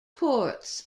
ports